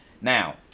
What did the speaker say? Now